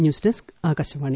news desk Akashvani